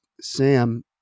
Sam